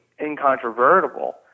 incontrovertible